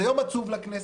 זה יום עצוב לכנסת.